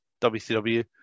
WCW